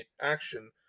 action